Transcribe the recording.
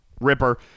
Ripper